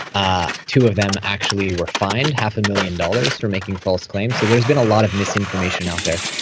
ah two of them actually were fined half a million dollars for making false claims. so there's been a lot of misinformation out there.